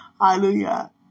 Hallelujah